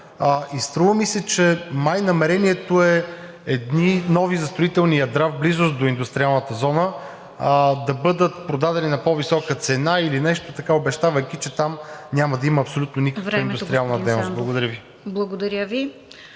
струва ми се, че май намерението е едни нови застроителни ядра в близост до индустриалната зона да бъдат продадени на по-висока цена или нещо такова, обещавайки, че там няма да има абсолютно никаква...